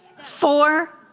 four